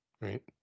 Right